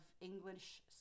English